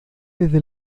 desde